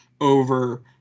over